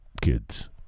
kids